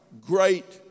great